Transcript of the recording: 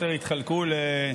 אדוני היושב-ראש.